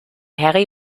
harry